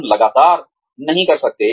हम लगातार नहीं कर सकते